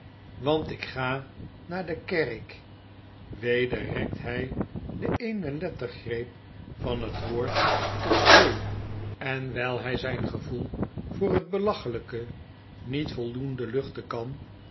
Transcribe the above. want ik ga naar de jcerrik weder rekt hy de eene lettergreep van het woord tot twee en wyl hy zyn gevoel voor het belacheiyke niet ipppphipi het wordt licht voldoende luchten kan